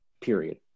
period